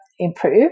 Improve